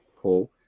Paul